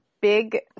big